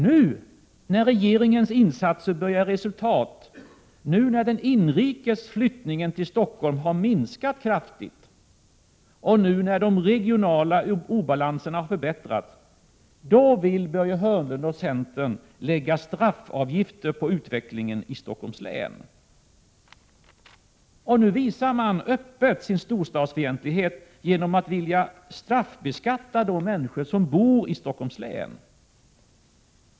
Nu, då regeringens insatser börjar ge resultat, då den inrikes flyttningen till Stockholm har minskat kraftigt och då de regionala obalanserna har förbättrats, vill Börje Hörnlund och centern lägga straffavgifter på utvecklingen i Stockholms län! Nu visar centern öppet sin storstadsfientlighet genom att vilja straffbeskat ta de människor som bor i Stockholms län.